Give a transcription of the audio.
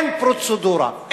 אין פרוצדורה,